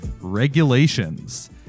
Regulations